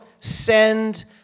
Send